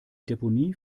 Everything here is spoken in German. deponie